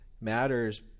matters